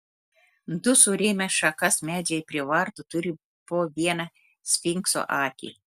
du surėmę šakas medžiai prie vartų turi po vieną sfinkso akį